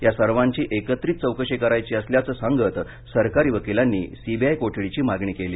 या सर्वांची एकत्रित चौकशी करायची असल्याचं सांगत सरकारी वकिलांनी सीबीआय कोठडीची मागणी केली